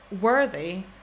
worthy